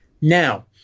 Now